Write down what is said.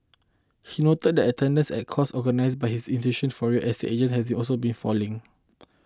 he noted that attendance at course organised by his institute for real estate agents has also been falling